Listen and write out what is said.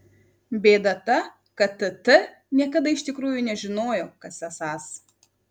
bėda ta kad tt niekada iš tikrųjų nežinojo kas esąs